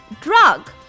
drug